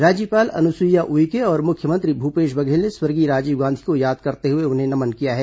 राज्यपाल अनुसुईया उइके और मुख्यमंत्री भूपेश बघेल ने स्वर्गीय राजीव गांधी को याद करते हुए उन्हें नमन किया है